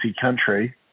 country